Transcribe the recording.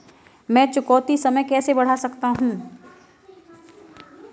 मैं चुकौती समय कैसे बढ़ा सकता हूं?